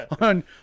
on